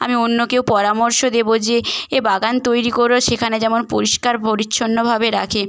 আমি অন্যকেও পরামর্শ দেবো যে এ বাগান তৈরি করেও সেখানে যেমন পরিষ্কার পরিচ্ছন্নভাবে রাখে